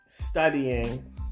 studying